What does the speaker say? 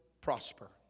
prosper